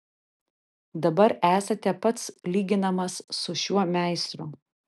dabar esate pats lyginamas su šiuo meistru